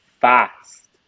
fast